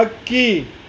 ಹಕ್ಕಿ